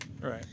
Right